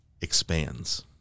expands